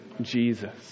Jesus